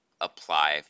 apply